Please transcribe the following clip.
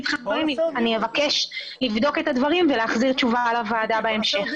אבקש לבדוק את הדברים ולהחזיר תשובה לוועדה בהמשך.